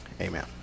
Amen